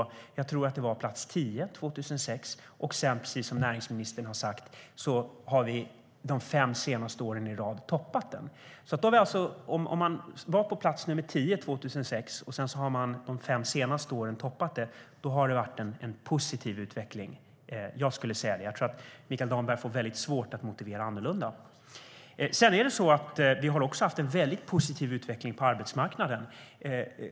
Jag tror att vi låg på plats tio år 2006. Precis som näringsministern har sagt har vi de fem senaste åren i rad toppat den. Om man var på plats tio år 2006 och om man de fem senaste åren har toppat det har det varit en positiv utveckling. Jag skulle säga det. Jag tror att Mikael Damberg får väldigt svårt att motivera att det skulle vara annorlunda. Vi har också haft en väldigt positiv utveckling på arbetsmarknaden.